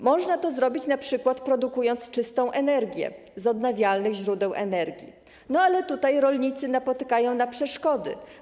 Można to zrobić, np. produkując czystą energię z odnawialnych źródeł energii, ale tutaj rolnicy napotykają na przeszkody.